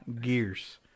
gears